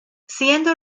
siendo